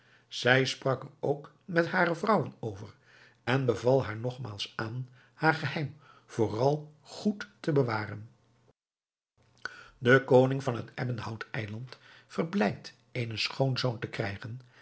zij sprak er ook met hare vrouwen over en beval haar nogmaals aan haar geheim vooral goed te bewaren de koning van het ebbenhout eiland verblijd eenen schoonzoon te krijgen